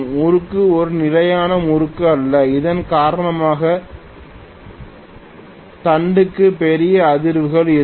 முறுக்கு ஒரு நிலையான முறுக்கு அல்ல இதன் காரணமாக தண்டுக்கு பெரிய அதிர்வுகள் இருக்கும்